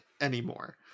anymore